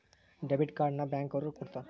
debit card ನ bank ಅವ್ರು ಕೊಡ್ತಾರ